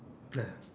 ya